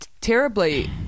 terribly